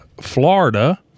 Florida